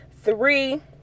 Three